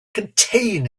contain